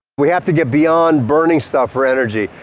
we have to get beyond burning stuff for energy.